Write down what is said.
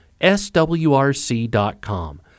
swrc.com